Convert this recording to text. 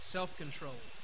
Self-control